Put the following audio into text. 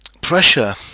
pressure